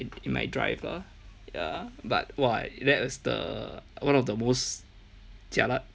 in my driver ya but !wah! that is the one of the most jialat